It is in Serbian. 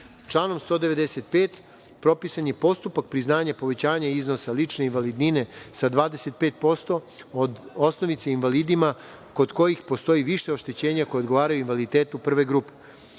rata. Članom 195. propisan je postupak priznanja povećanja iznosa lične invalidnine sa 25% od osnovice invalidima kod kojih postoji više oštećenja koja odgovaraju invaliditetu prve